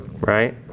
right